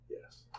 Yes